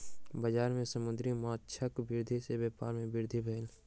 बजार में समुद्री माँछक वृद्धि सॅ व्यापार में वृद्धि भेल